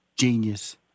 genius